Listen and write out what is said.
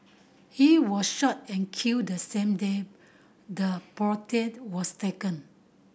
he was shot and killed the same day the portrait was taken